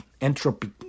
entropy